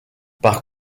par